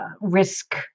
risk